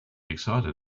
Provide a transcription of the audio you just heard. excited